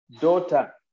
Daughter